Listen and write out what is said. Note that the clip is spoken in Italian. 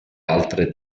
altre